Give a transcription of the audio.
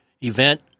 event